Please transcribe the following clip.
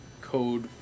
code